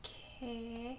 okay